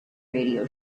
radio